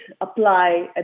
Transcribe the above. apply